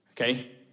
Okay